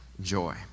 joy